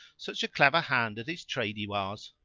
such a clever hand at his trade he was!